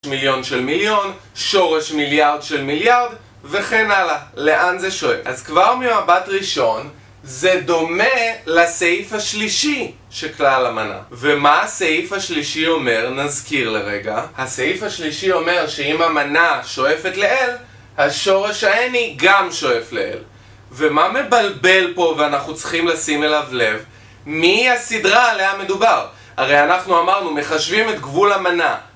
מיליון של מיליון, שורש מיליארד של מיליארד, וכן הלאה, לאן זה שואף? אז כבר ממבט ראשון, זה דומה לסעיף השלישי של כלל המנה. ומה הסעיף השלישי אומר, נזכיר לרגע, הסעיף השלישי אומר שאם המנה שואפת ל-L, השורש ה-Nי גם שואף ל-L. ומה מבלבל פה ואנחנו צריכים לשים אליו לב, מי הסדרה עליה מדובר? הרי אנחנו אמרנו, מחשבים את גבול המנה.